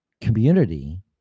community